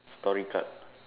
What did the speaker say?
story card